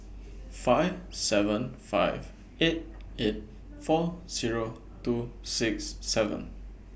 five seven five eight eight four Zero two six seven